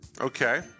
Okay